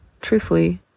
truthfully